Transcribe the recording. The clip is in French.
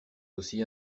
aussi